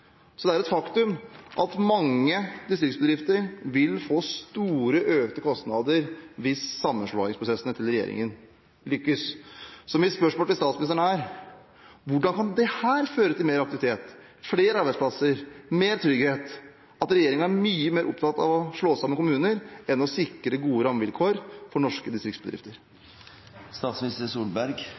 Det er et faktum at mange distriktsbedrifter vil få store, økte kostnader hvis sammenslåingsprosessene til regjeringen lykkes. Så mitt spørsmål til statsministeren er: Hvordan kan det føre til mer aktivitet, flere arbeidsplasser og mer trygghet at regjeringen er mye mer opptatt av å slå sammen kommuner enn å sikre gode rammevilkår for norske